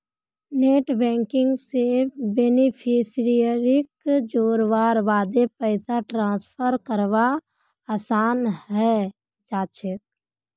net banking स बेनिफिशियरीक जोड़वार बादे पैसा ट्रांसफर करवा असान है जाछेक